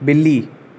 بلی